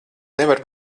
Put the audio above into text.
nevar